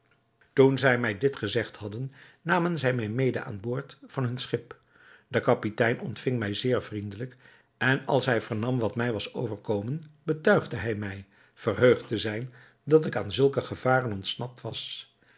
toen zij mij dit gezegd hadden namen zij mij mede aan boord van hun schip de kapitein ontving mij zeer vriendelijk en als hij vernam wat mij was overkomen betuigde hij mij verheugd te zijn dat ik aan zulke gevaren ontsnapt was